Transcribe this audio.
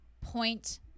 point